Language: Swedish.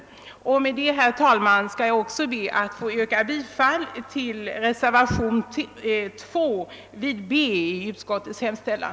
Herr talman! Med dessa ord ber jag att få yrka bifall också till reservationen 2 vid B i utskottets hemställan.